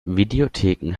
videotheken